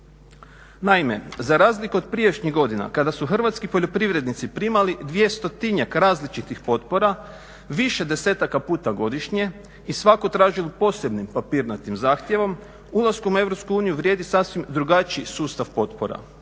Naime, za razliku od prijašnjih godina kada su hrvatski poljoprivrednici primali dvjestotinjak različitih potpora, više desetaka puta godišnje i svatko tražio posebnim papirnatim zahtjevom, ulaskom u Europsku uniju vrijedi sasvim drugačiji sustav potpora.